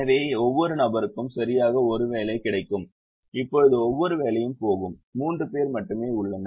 எனவே ஒவ்வொரு நபருக்கும் சரியாக 1 வேலை கிடைக்கும் இப்போது ஒவ்வொரு வேலையும் போகும் 3 பேர் மட்டுமே உள்ளனர்